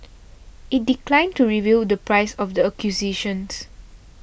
it declined to reveal the price of the acquisitions